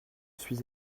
suis